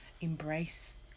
embrace